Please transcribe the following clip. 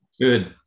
Good